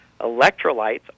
Electrolytes